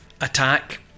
attack